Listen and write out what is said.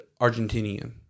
Argentinian